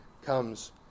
comes